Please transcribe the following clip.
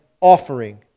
offering